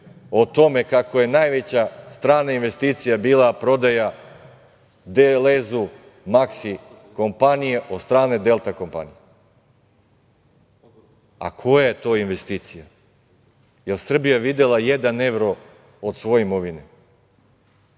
o tome kako je najveća strana investicija bila prodaja „Delezu“ „Maksi“ kompanije od strane „Delta“ kompanije. Koja je to investicija? Da li je Srbija videla jedan evro od svoje imovine?